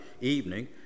evening